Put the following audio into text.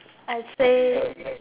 I say